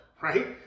right